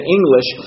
English